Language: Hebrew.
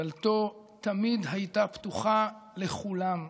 דלתו תמיד הייתה פתוחה לכולם,